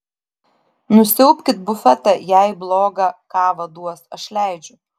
nusiaubkit bufetą jei blogą kavą duos aš leidžiu